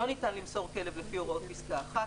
לא ניתן למסור כלב לפי הוראות פסקה (1),